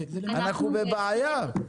אנחנו בבעיה.